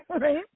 right